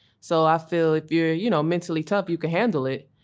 so i feel if you're you know mentally tough you can handle it.